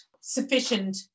sufficient